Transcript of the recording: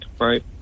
right